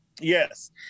Yes